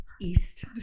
east